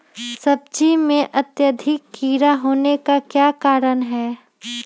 सब्जी में अत्यधिक कीड़ा होने का क्या कारण हैं?